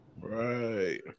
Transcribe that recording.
right